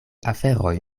aferoj